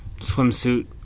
swimsuit